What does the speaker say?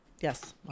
Yes